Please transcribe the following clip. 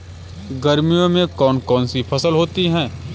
गर्मियों में कौन कौन सी फसल होती है?